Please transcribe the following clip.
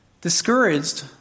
discouraged